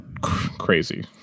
crazy